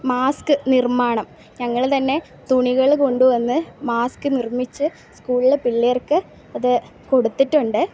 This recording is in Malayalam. മാസ്ക്ക് നിർമ്മാണം ഞങ്ങ തന്നെ തുണികൾ കൊണ്ട് വന്ന് മാസ്ക്ക് നിർമ്മിച്ച് സ്കൂളിലെ പിള്ളേർക്ക് അത് കൊടുത്തിട്ടുണ്ട്